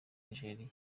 nigeria